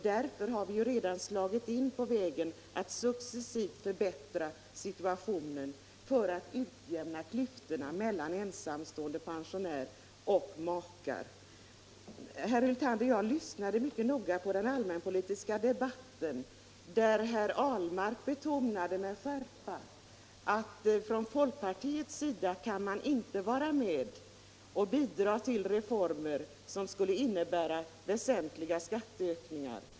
Därför har vi redan slagit in på vägen att successivt utjämna klyftorna mellan ensamstående pensionärer och makar. Jag lyssnade mycket noggrant på den allmänpolitiska debatten, där herr Ahlmark med skärpa betonade att folkpartiet inte kan vara med om reformer som skulle innebära väsentliga skatteökningar.